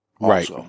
right